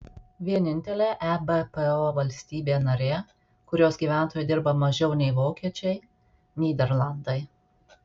vienintelė ebpo valstybė narė kurios gyventojai dirba mažiau nei vokiečiai nyderlandai